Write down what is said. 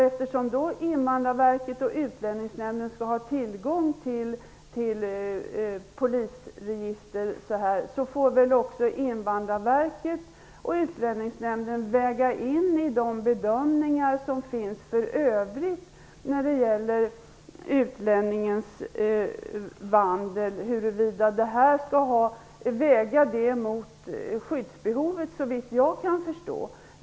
Eftersom Invandrarverket och Utlänningsnämnden skall ha tillgång till polisregistren får väl också Invandrarverket och Utlänningsnämnden väga in uppgifterna i de bedömningar som för övrigt finns om utlänningens vandel, och sedan väga det mot skyddsbehovet, såvitt jag kan förstå.